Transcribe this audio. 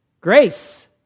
Grace